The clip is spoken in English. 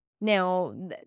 Now